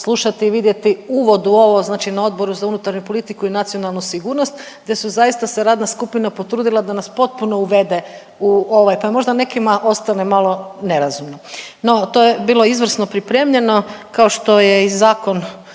slušati i vidjeti uvod u ovo znači na Odboru za unutarnju politiku i nacionalnu sigurnost te su zaista se radna skupina potrudila da nas potpuno uvede u ovaj, pa možda nekima ostane malo nerazumno. No to je bilo izvrsno pripremljeno kao što je i zakon